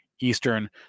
Eastern